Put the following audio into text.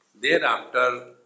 Thereafter